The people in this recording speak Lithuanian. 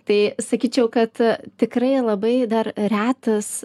tai sakyčiau kad tikrai labai dar retas